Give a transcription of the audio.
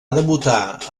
debutar